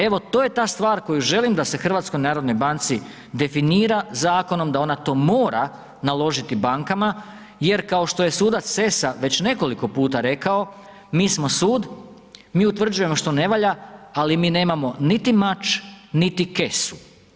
Evo to je ta stvar koju želim da se HNB-u definira zakonom da ona to mora naložiti bankama jer kao što je sudac Sesa već nekoliko puta rekao, mi smo sud, mi utvrđujemo što ne valja ali mi nemamo niti mač niti kesu.